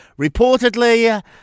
reportedly